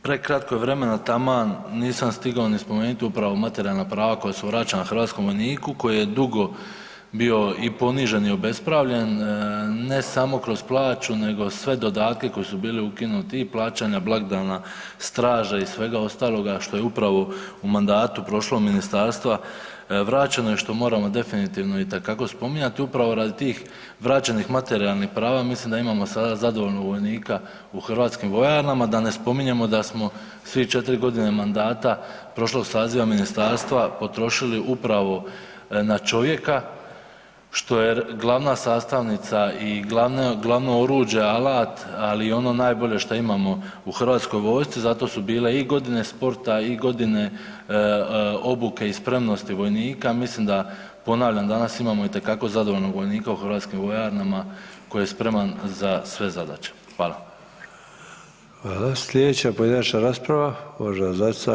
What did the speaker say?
Prekratko je vremena, taman nisam stigao ni spomenut upravo materijalna prava koja su vraćena hrvatskom vojniku koji je dugo bio i ponižen i obespravljen, ne samo kroz plaću nego sve dodatke koji su bili ukinuti, i plaćanja blagdana, straže i svega ostaloga što je upravo u mandatu prošlog Ministarstva vraćeno i što moramo definitivno itekako spominjati, upravo radi tih vraćenih materijalnih prava mislim da imamo sada zadovoljnog vojnika u hrvatskim vojarnama, da ne spominjemo da smo svih četiri godine mandata prošlog Saziva Ministarstva potrošili upravo na čovjeka što je glavna sastavnica i glavno oruđe, alat, ali ono najbolje što imamo u Hrvatskoj vojsci, zato su bile i godine sporta, i godine obuke i spremnosti vojnika, mislim da, ponavljam, danas imamo itekako zadovoljnog vojnika u hrvatskim vojarnama koji je spreman za sve zadaće.